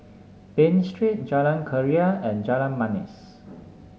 Bain Street Jalan Keria and Jalan Manis